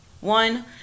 One